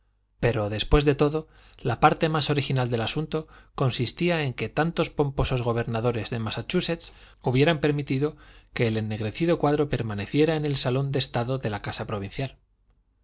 pero después de todo la parte más original del asunto consistía en que tantos pomposos gobernadores de massachusetts hubieran permitido que el ennegrecido cuadro permaneciera en el salón de estado de la casa provincial